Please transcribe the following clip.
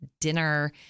dinner